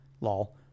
Lol